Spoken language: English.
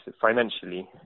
financially